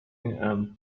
and